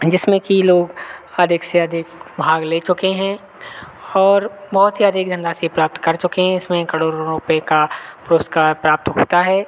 जिसमें कि लोग अधिक से अधिक भाग ले चुके हैं और बहुत ही अधिक धनराशि प्राप्त कर चुके हैं इसमें कड़ोरों रुपये का पुरुस्कार प्राप्त होता है